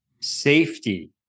safety